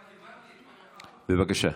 בבקשה.